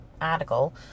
article